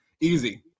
Easy